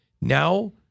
Now